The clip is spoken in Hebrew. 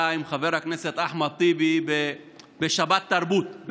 עם חבר הכנסת אחמד טיבי בשבת תרבות,